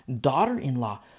daughter-in-law